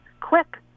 quick